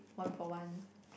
one for one